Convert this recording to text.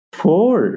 four